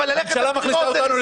הממשלה מכניסה אותנו מסגר לסגר.